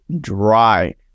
dry